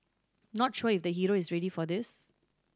not sure if the hero is ready for this